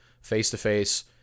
face-to-face